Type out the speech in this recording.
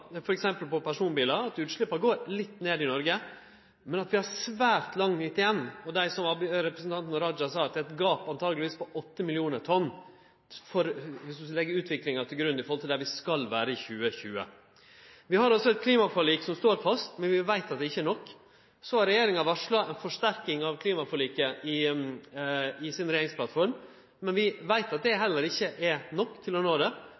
på personbilar – at utsleppa går litt ned i Noreg, men at vi har svært langt igjen. Det er, som representanten Raja sa, eit gap på antakeleg åtte millionar tonn, viss vi legg til grunn utviklinga, i forhold til der vi skal vere i 2020. Vi har eit klimaforlik som står fast, men vi veit at det ikkje er nok. Så har regjeringa varsla ei forsterking av klimaforliket i regjeringsplattforma, men vi veit at det heller ikkje er nok til å nå det.